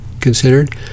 considered